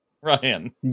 Ryan